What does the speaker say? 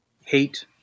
hate